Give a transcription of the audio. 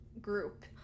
group